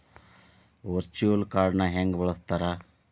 Virtual ಕಾರ್ಡ್ನ ಹೆಂಗ ಬಳಸ್ತಾರ?